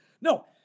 No